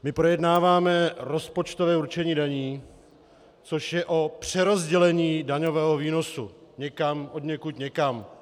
My projednáváme rozpočtové určení daní, což je o přerozdělení daňového výnosu odněkud někam.